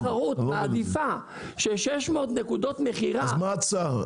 --- אם רשות התחרות מעדיפה 600 נקודות מכירה --- אז מה ההצעה?